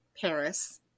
Paris